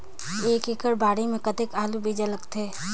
एक एकड़ बाड़ी मे कतेक आलू बीजा लगथे?